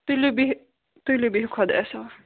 تُلِو بِہِو تُلِو بِہِو خۄدایَس حَوال